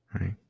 Right